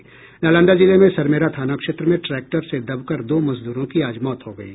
नालंदा जिले में सरमेरा थाना क्षेत्र में ट्रैक्टर से दबकर दो मजदूरों की आज मौत हो गयी